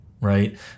right